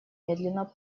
медленно